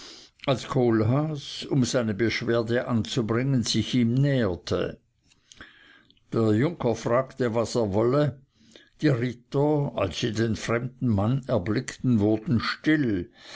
als kohlhaas um seine beschwerde anzubringen sich ihm näherte der junker fragte was er wolle die ritter als sie den fremden mann erblickten wurden still